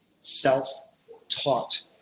self-taught